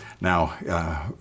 Now